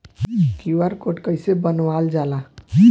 QR code कइसे बनवाल जाला?